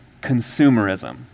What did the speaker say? consumerism